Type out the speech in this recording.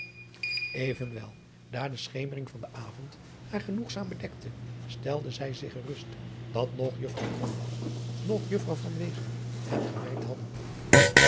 evenwel daar de schemering van den avond haar genoegzaam bedekte stelde zij zich gerust dat noch juffrouw krombalg noch juffrouw van wezel het gemerkt hadden